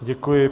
Děkuji.